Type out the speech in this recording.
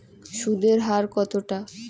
সুদের হার কতটা?